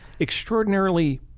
extraordinarily